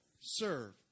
Serve